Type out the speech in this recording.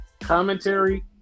commentary